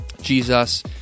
Jesus